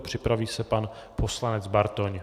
Připraví se pan poslanec Bartoň.